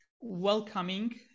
welcoming